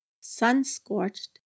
sun-scorched